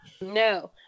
No